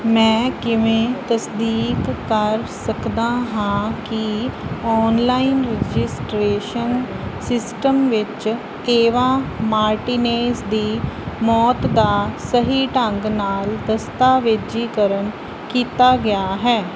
ਮੈਂ ਕਿਵੇਂ ਤਸਦੀਕ ਕਰ ਸਕਦਾ ਹਾਂ ਕਿ ਔਨਲਾਈਨ ਰਜਿਸਟ੍ਰੇਸ਼ਨ ਸਿਸਟਮ ਵਿੱਚ ਏਵਾ ਮਾਰਟੀਨੇਜ਼ ਦੀ ਮੌਤ ਦਾ ਸਹੀ ਢੰਗ ਨਾਲ ਦਸਤਾਵੇਜ਼ੀਕਰਨ ਕੀਤਾ ਗਿਆ ਹੈ